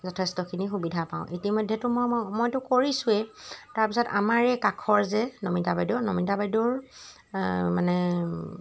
যথেষ্টখিনি সুবিধা পাওঁ ইতিমধ্য়ে মই মই মইতো কৰিছোৱেই তাৰপিছত আমাৰ এই কাষৰ যে নমিতা বাইদেউ নমিতা বাইদেউৰ মানে